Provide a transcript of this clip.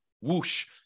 whoosh